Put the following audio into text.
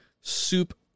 soup